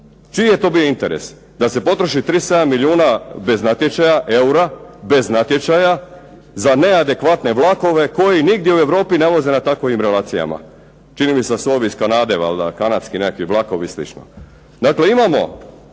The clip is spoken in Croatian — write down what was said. Čiji je to bio interes? Da se potroši 37 milijuna bez natječaja, eura, bez natječaja za neadekvatne vlakove koji nigdje u Europi ne voze na takovim relacijama. Čini mi se da su ovi iz Kanade valjda kanadski nekakvi vlakovi i slično. Dakle, imamo